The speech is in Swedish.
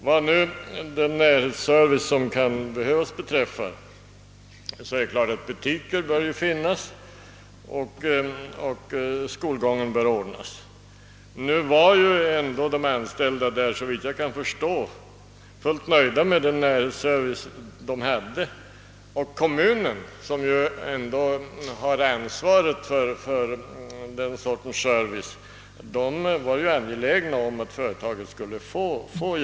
Vad beträffar den närhetsservice som kan behövas i det aktuella fallet, så är det klart att handelsbutik bör finnas och att skolgången bör ordnas. De anställda var emellertid, såvitt jag förstår, fullt nöjda med den närhetsservice som fanns, och kommunen — som ändå har ansvaret för den sortens service — var ju angelägen om att företaget skulle få stöd.